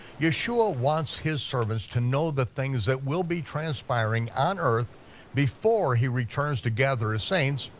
yeshua wants his servants to know the things that will be transpiring on earth before he returns to gather his saints,